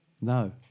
no